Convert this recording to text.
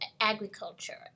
agriculture